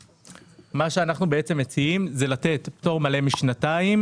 מה שאנחנו מציעים זה לקצר את תקופת הפטור המלא הקיים,